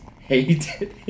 Hate